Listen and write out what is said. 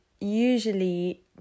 usually